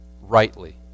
rightly